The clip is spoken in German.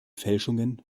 fälschungen